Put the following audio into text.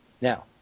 Now